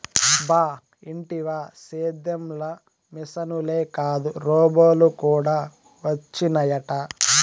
బా ఇంటినా సేద్యం ల మిశనులే కాదు రోబోలు కూడా వచ్చినయట